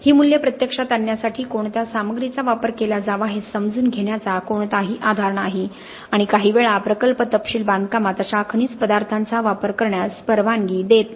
ही मूल्ये प्रत्यक्षात आणण्यासाठी कोणत्या सामग्रीचा वापर केला जावा हे समजून घेण्याचा कोणताही आधार नाही आणि काहीवेळा प्रकल्प तपशील बांधकामात अशा खनिज पदार्थांचा वापर करण्यास परवानगी देत नाही